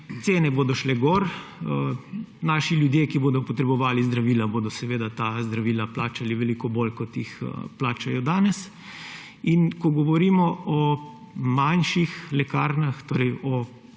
cene bodo šle gor, naši ljudje, ki bodo potrebovali zdravila, bodo seveda ta zdravila plačali veliko bolj, kot jih plačajo danes. In ko govorimo o manjših lekarnah, torej o